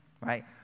right